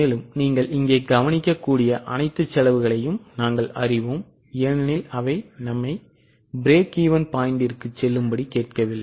இப்போது நீங்கள் இங்கே கவனிக்கக்கூடிய அனைத்து செலவுகளையும் நாங்கள் அறிவோம் ஏனெனில் அவை நம்மை பிரேக்ஈவென் பாயிண்டிற்கு செல்லும்படி கேட்கவில்லை